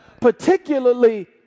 Particularly